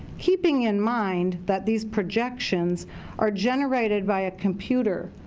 keeping in mind that these projections are generated by a computer,